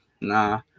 Nah